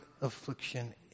affliction